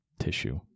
tissue